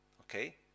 Okay